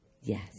Yes